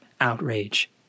outrage